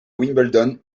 wimbledon